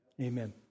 Amen